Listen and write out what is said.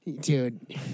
Dude